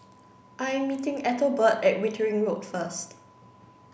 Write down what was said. I am meeting Ethelbert at Wittering Road first